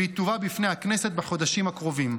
והיא תובא בפני הכנסת בחודשים הקרובים.